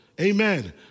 Amen